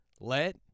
Let